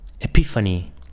epiphany